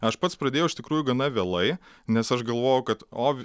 aš pats pradėjau iš tikrųjų gana vėlai nes aš galvojau kad o